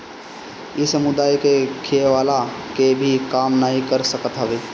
इ समुदाय के खियवला के भी काम नाइ कर सकत हवे